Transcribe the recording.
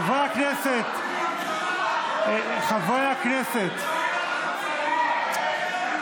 בעד גלית דיסטל אטבריאן, בעד אריה מכלוף דרעי,